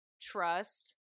trust